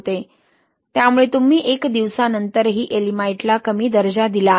त्यामुळे तुम्ही एक दिवसानंतरही येएलिमाइटला कमी दर्जा दिला आहे